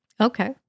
Okay